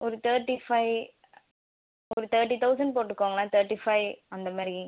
ஒரு thirty five ஒரு thirty thousand போட்டுக்கோங்களேன் தேர்ட்டி ஃபைவ் அந்தமாதிரி